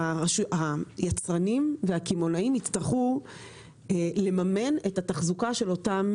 היצרנים והקמעונאים יצטרכו לממן את התחזוקה של אותן